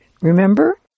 remember